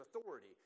authority